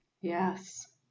yes